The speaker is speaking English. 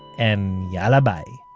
and yalla bye